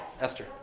Esther